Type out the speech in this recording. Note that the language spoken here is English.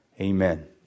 amen